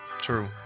True